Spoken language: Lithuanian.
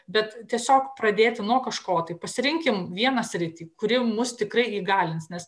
bet tiesiog pradėti nuo kažko tai pasirinkim vieną sritį kuri mus tikrai įgalins nes